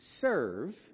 serve